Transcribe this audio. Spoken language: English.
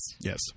Yes